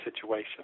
situation